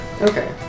Okay